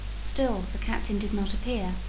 still the captain did not appear.